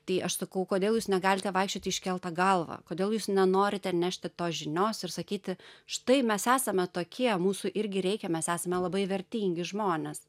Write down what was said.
tai aš sakau kodėl jūs negalite vaikščioti iškelta galva kodėl jūs nenorite nešti tos žinios ir sakyti štai mes esame tokie mūsų irgi reikia mes esame labai vertingi žmonės